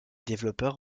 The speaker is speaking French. développeurs